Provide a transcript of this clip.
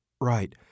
Right